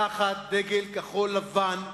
תחת דגל כחול-לבן,